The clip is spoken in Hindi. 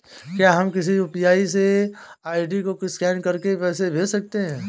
क्या हम किसी यू.पी.आई आई.डी को स्कैन करके पैसे भेज सकते हैं?